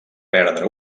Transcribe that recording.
perdre